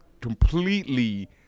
completely